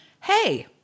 hey